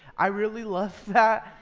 i really love that.